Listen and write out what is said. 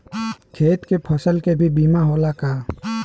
खेत के फसल के भी बीमा होला का?